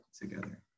together